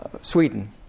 Sweden